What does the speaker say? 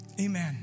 amen